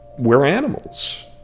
we're animals.